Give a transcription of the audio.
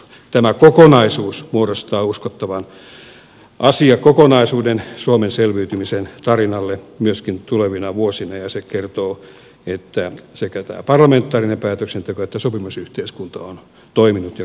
tä mä kokonaisuus muodostaa uskottavan asiakokonaisuuden suomen selviytymisen tarinalle myöskin tulevina vuosina ja se kertoo että sekä tämä parlamentaarinen päätöksenteko että sopimusyhteiskunta on toiminut ja kantanut vastuuta